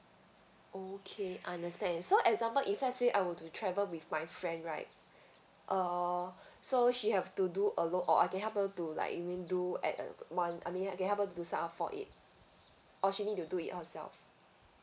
okay understand so example if let's say I were to travel with my friend right uh so she have to do alone or I can help her to like you mean do at uh one I mean I can help her to do sign up for it or she need to do it herself